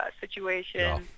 situation